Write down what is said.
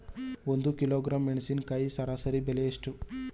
ಒಂದು ಕಿಲೋಗ್ರಾಂ ಮೆಣಸಿನಕಾಯಿ ಸರಾಸರಿ ಬೆಲೆ ಎಷ್ಟು?